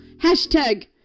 hashtag